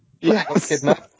Yes